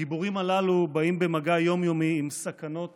הגיבורים הללו באים במגע יום-יומי עם סכנות